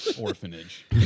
Orphanage